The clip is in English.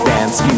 Dance